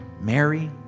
mary